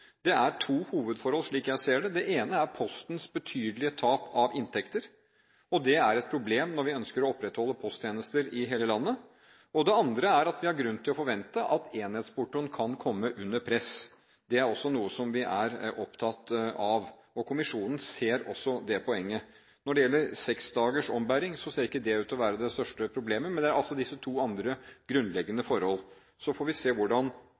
Det er to hovedforhold, slik jeg ser det. Det ene er Postens betydelige tap av inntekter, og det er et problem når vi ønsker å opprettholde posttjenester i hele landet. Det andre er at vi har grunn til forvente at enhetsportoen kan komme under press. Det er også noe som vi er opptatt av, og kommisjonen ser også det poenget. Når det gjelder seks dagers ombæring, ser ikke det ut til å være det største problemet – det er altså disse to andre grunnleggende forhold. Så får vi se hvordan